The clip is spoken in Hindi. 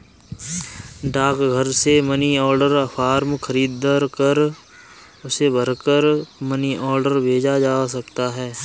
डाकघर से मनी ऑर्डर फॉर्म खरीदकर उसे भरकर मनी ऑर्डर भेजा जा सकता है